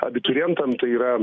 abiturientam tai yra